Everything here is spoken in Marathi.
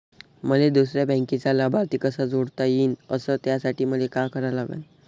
मले दुसऱ्या बँकेचा लाभार्थी कसा जोडता येईन, अस त्यासाठी मले का करा लागन?